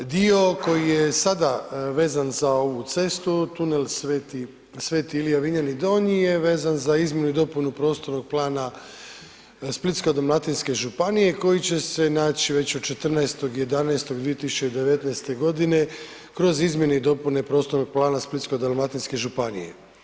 Dio koji je sada vezan za ovu cestu, tunel sv. Ilija-Vinjani Donji je vezan za izmjenu i dopunu prostornog plana Splitsko-dalmatinske županije koji će se nać već od 14.11.2019. g. kroz izmjene i dopune prostornog plana Splitsko-dalmatinske županije.